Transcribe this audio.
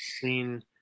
seen –